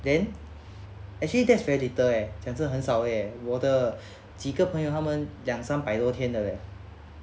then actually there's very little eh 这个很少而已我的几个朋友他们两三百三百多天的 eh